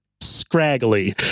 scraggly